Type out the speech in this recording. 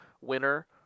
winner